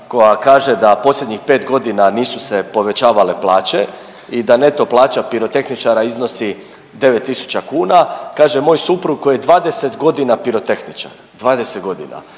koja kaže da posljednjih pet godina nisu se povećavale plaće i da neto plaća pirotehničara iznosi 9000 kuna. Kaže moj suprug koji je 20 godina pirotehničar, 20 godina,